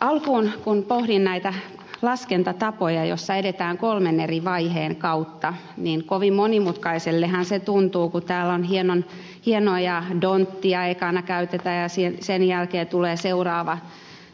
alkuun kun pohdin näitä laskentatapoja joissa edetään kolmen eri vaiheen kautta niin kovin monimutkaiseltahan se tuntuu kun täällä hienoa dhondtia ekana käytetään ja sen jälkeen tulee